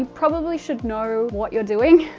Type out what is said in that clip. probably should know what you're doing.